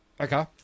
Okay